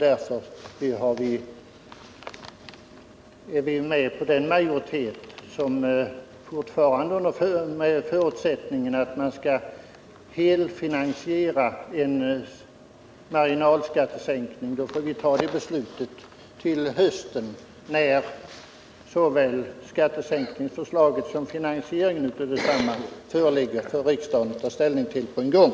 Därför har vi anslutit oss till den majoritet som fortfarande håller på den förutsättningen att man skall helfinansiera en marginalskattesänkning. Vi får ta det beslutet till hösten, när såväl skattesänkningsförslaget som förslag till finansieringen av detsamma föreligger för riksdagen att ta ställning till på en gång.